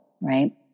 right